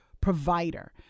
provider